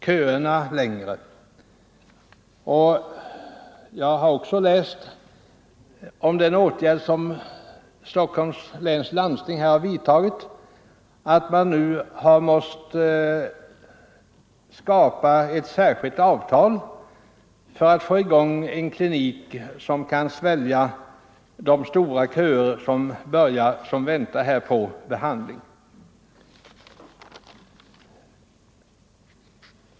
Köerna längre.” Jag har också läst om den åtgärd som Stockholms läns landsting vidtagit: man har nu måst träffa ett särskilt avtal för att få i gång en klinik som kan svälja de långa köer som väntar på behandling.